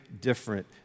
different